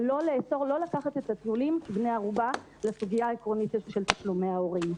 אבל לא לקחת את הטיולים כבני ערובה לסוגיה העקרונית של תשלומי ההורים.